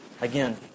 Again